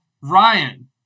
Ryan